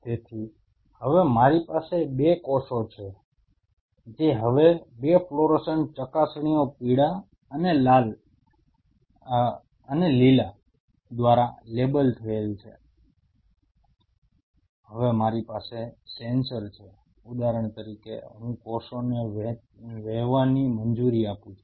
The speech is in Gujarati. તેથી હવે મારી પાસે 2 કોષો છે જે હવે 2 ફ્લોરોસન્ટ ચકાસણીઓ પીળા અને લીલા દ્વારા લેબલ થયેલ છે હવે મારી પાસે સેન્સર છે ઉદાહરણ તરીકે હું કોષોને વહેવાની મંજૂરી આપું છું